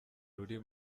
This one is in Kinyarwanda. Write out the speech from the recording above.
ruri